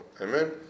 Amen